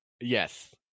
yes